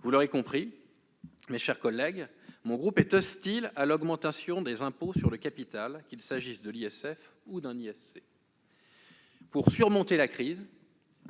Vous l'aurez compris, mes chers collègues : mon groupe est hostile à l'augmentation des impôts sur le capital, qu'il s'agisse de l'ISF ou d'un ISC. Pour surmonter la crise